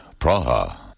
Praha